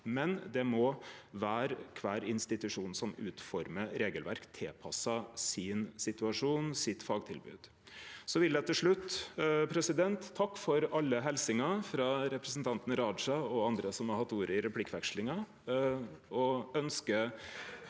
men det må vere kvar institusjon som utformar regelverk tilpassa sin situasjon, sitt fagtilbod. Så vil eg til slutt takke for alle helsingar, frå representanten Raja og andre som har hatt ordet i replikkvekslinga,